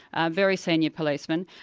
ah very senior policemen,